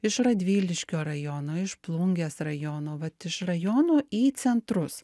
iš radviliškio rajono iš plungės rajono vat iš rajonų į centrus